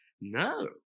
no